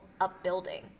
upbuilding